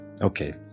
okay